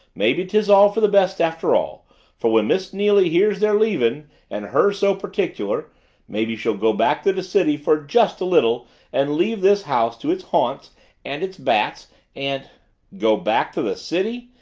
maybe tis all for the best after all for when miss neily hears they're leavin' and her so particular maybe she'll go back to the city for just a little and leave this house to its haunts and its bats and go back to the city?